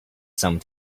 some